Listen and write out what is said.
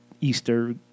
Easter